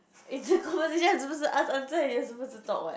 it's a conversation I'm supposed to ask answer and you are supposed to talk what